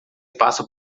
passa